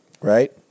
right